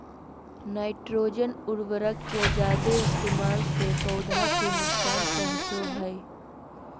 nitrogen उर्वरक के जादे इस्तेमाल से पौधा के नुकसान पहुंचो हय